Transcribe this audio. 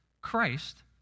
Christ